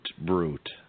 brute